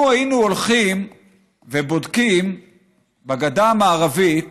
לו היינו הולכים ובודקים בגדה המערבית